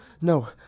No